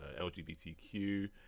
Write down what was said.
LGBTQ